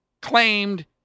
claimed